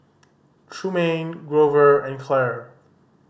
Trumaine Grover and Clair